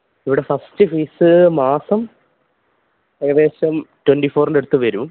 ഇവിടെ first fees മാസം ഏകദേശം ട്വന്റി ഫോറിന്റ അടുത്ത് വരും